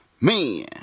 man